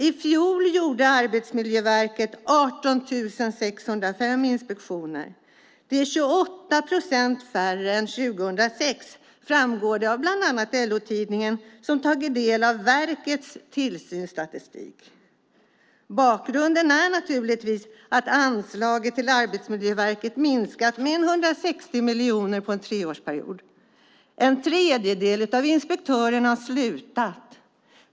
I fjol gjorde Arbetsmiljöverket 18 605 inspektioner. Det var 28 procent färre än 2006 framgår det av bland annat LO-tidningen som tagit del av verkets tillsynsstatistik. Bakgrunden är naturligtvis att anslagen till Arbetsmiljöverket minskat med 160 miljoner under en treårsperiod. En tredjedel av inspektörerna har slutat.